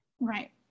Right